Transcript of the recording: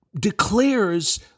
declares